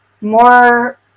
more